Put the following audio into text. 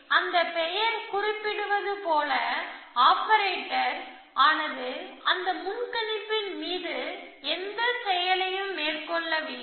எனவே அந்த பெயர் குறிப்பிடுவது போல நோ ஆப்பரேட்டர் ஆனது அந்த முன்கணிப்பின் மீது எந்த செயலையும் மேற்கொள்ளவில்லை